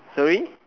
sorry